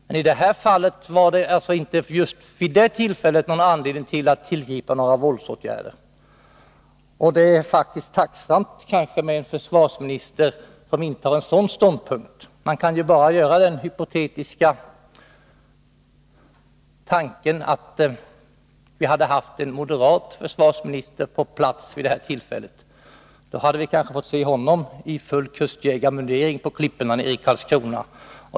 Men i det här fallet var det just vid det tillfället inte anledning att tillgripa några våldsåtgärder. Det är faktiskt tacksamt med en försvarsminister som intar en sådan ståndpunkt. Man kan bara göra den hypotetiska tanken att vi hade haft en moderat försvarsminister på plats vid detta tillfälle. Då hade vi kanske fått se honom i full kustjägarmundering på klipporna nere vid Karlskrona.